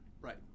Right